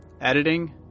Editing